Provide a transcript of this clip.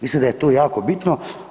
Mislim da je to jako bitno.